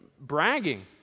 bragging